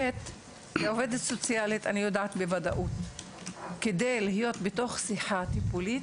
כעובדת סוציאלית אני יודעת בוודאות שכדי להיות בתוך שיחה טיפולית